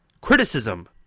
criticism